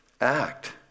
act